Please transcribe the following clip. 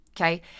okay